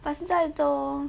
but 现在都